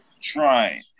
trying